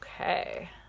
Okay